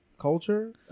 culture